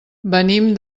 venim